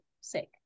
sick